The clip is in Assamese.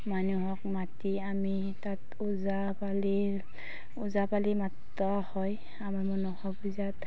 মানুহক মাতি আমি তাত ওজাপালিৰ ওজা পালি মাতা হয় আমাৰ মনসা পূজাত